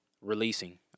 releasing